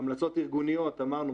המלצות ארגוניות אמרנו,